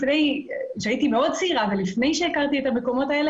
כשהייתי מאוד צעירה ולפני שהכרתי את המקומות האלה,